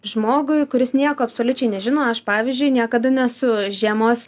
žmogui kuris nieko absoliučiai nežino aš pavyzdžiui niekada nesu žiemos